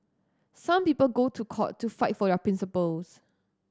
some people go to court to fight for the principles